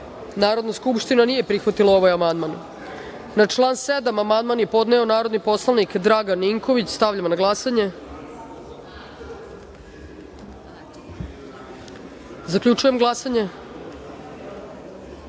skupština nije prihvatila ovaj amandman. Na član 7. amandman je podneo narodni poslanik Đorđo Đorđić. Stavljam na glasanje. Zaključujem glasanje: